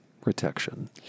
protection